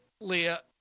Leah